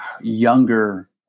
younger